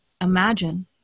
Imagine